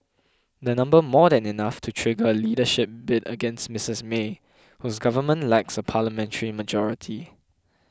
they number more than enough to trigger a leadership bid against Mrs May whose government lacks a parliamentary majority